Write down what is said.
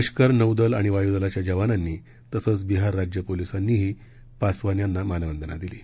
लष्कर नौदल आणि वायूदलाच्या जवानांनी तसंच बिहार राज्य पोलिसांनीही पासवान यांना मानवंदना दिली